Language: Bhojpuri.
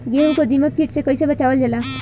गेहूँ को दिमक किट से कइसे बचावल जाला?